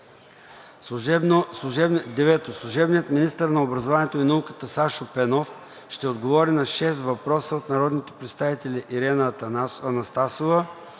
9. Служебният министър на образованието и науката Сашо Пенов ще отговори на шест въпроса от народните представители Ирена Анастасова;